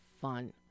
fun